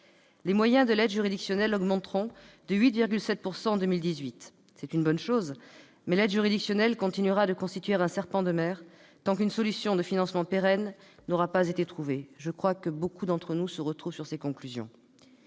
Les moyens de l'aide juridictionnelle augmenteront de 8,7 % en 2018. C'est une bonne chose, mais l'aide juridictionnelle continuera de constituer un serpent de mer tant qu'une solution de financement pérenne n'aura pas été trouvée- beaucoup d'entre vous, je crois, mes chers collègues,